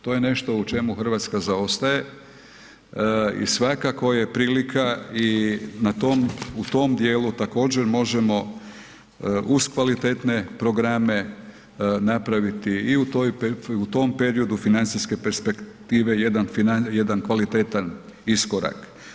To je nešto u čemu Hrvatska zaostaje i svakako je prilika i na tom, u tom dijelu također možemo uz kvalitetne programe napraviti i u tom periodu financijske perspektive jedan kvalitetan iskorak.